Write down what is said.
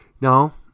Now